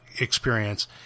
experience